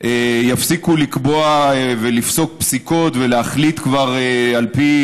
יפסיקו לקבוע ולפסוק פסיקות ולהחליט כבר על פי